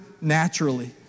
naturally